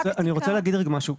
כבודו, אני רוצה להגיד רגע משהו.